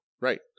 Right